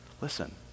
Listen